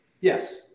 yes